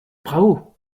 bravo